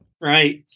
right